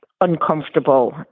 uncomfortable